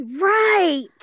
Right